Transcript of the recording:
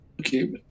Okay